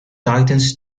titans